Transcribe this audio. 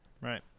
right